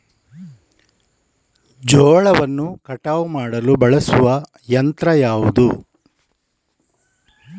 ಜೋಳವನ್ನು ಕಟಾವು ಮಾಡಲು ಬಳಸುವ ಯಂತ್ರ ಯಾವುದು?